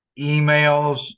emails